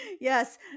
yes